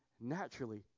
naturally